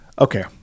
okay